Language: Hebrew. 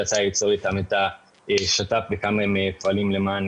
הם פועלים למען